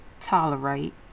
tolerate